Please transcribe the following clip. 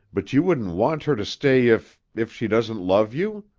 but you wouldn't want her to stay if if she doesn't love you?